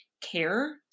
care